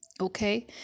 Okay